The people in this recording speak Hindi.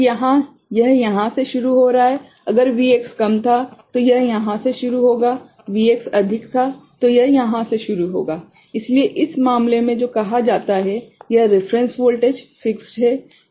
तो यहाँ यह यहाँ से शुरू हो रहा है अगर Vx कम था तो यह यहाँ से शुरू होगा Vx अधिक था तो यह यहाँ से शुरू होगा लेकिन इस मामले में जो कहा जाता है यह रेफेरेंस वोल्टेज फ़िक्स्ड है